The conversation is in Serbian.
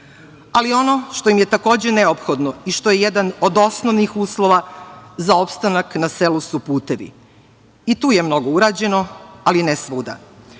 Ono što im je takođe neophodno i što je jedan od osnovnih uslova za opstanak na selu, jesu putevi. I tu je mnogo urađeno, ali ne svuda.